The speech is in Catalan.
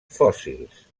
fòssils